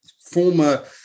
former